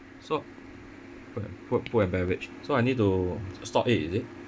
so food food and beverage so I need to stop it is it